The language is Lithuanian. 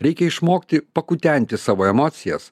reikia išmokti pakutenti savo emocijas